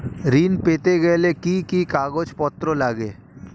ঋণ পেতে গেলে কি কি কাগজপত্র লাগে?